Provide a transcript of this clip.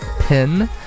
PIN